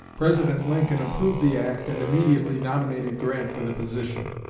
president lincoln approved the act, and immediately nominated grant for the position.